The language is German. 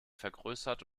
vergrößert